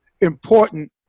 important